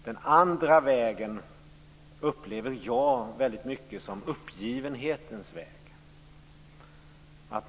Den andra vägen upplever jag i hög grad som uppgivenhetens väg.